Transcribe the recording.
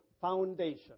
foundation